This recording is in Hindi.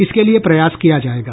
इसके लिए प्रयास किया जायेगा